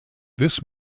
this